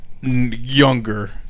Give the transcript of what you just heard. Younger